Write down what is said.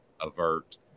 avert